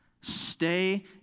stay